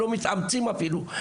לא מתאמצים אפילו.